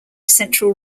central